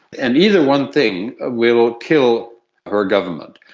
and either one thing ah will kill her government.